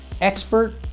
expert